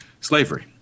slavery